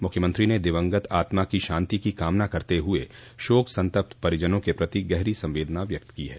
मुख्यमंत्री ने दिवंगत आत्मा की शांति की कामना करते हुए शोक संतप्त परिजनों के प्रति गहरी संवेदना व्यक्त की है